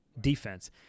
defense